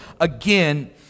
again